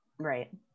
right